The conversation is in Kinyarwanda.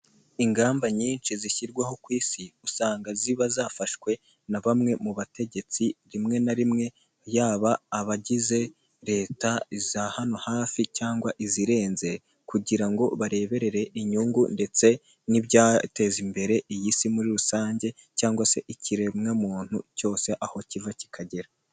Ingamba nyinshi zishyirwaho ku isi usanga ziba zafashwe na bamwe mu bategetsi rimwe na rimwe yaba abagize leta iza hano hafi cyangwa izirenze, kugira ngo barebere inyungu ndetse n'ibyateza imbere iyi si muri rusange cyangwa se ikiremwamuntu cyose aho kiva kikagera.